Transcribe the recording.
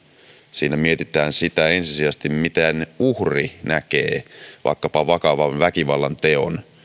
siinä mietitään ensisijaisesti sitä miten uhri näkee vaikkapa vakavan väkivallanteon